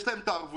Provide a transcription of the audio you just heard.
יש להן ערבויות,